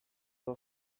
will